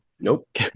Nope